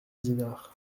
dinard